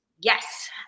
yes